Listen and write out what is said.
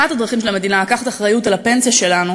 אחת הדרכים של המדינה לקחת אחריות על הפנסיה שלנו,